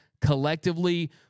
collectively